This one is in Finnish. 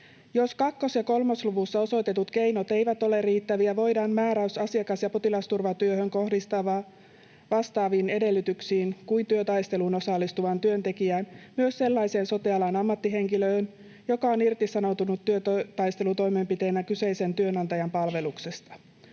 Jos 2 ja 3 luvussa osoitetut keinot eivät ole riittäviä, voidaan määräys asiakas- ja potilasturvatyöhön kohdistaa vastaavin edellytyksin kuin työtaisteluun osallistuvaan työntekijään myös sellaiseen sote-alan ammattihenkilöön, joka on irtisanoutunut työtaistelutoimenpiteenä kyseisen työnantajan palveluksesta.